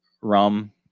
rum